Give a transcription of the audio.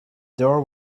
door